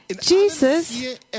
Jesus